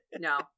No